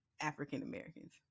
African-Americans